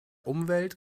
umwelt